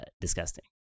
Disgusting